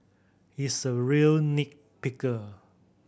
he's a real nit picker